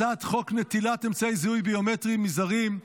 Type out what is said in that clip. הצעת חוק נטילת אמצעי זיהוי ביומטריים מזרים,